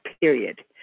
period